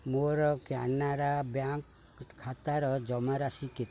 ମୋର କାନାରା ବ୍ୟାଙ୍କ୍ ଖାତାର ଜମାରାଶି କେତେ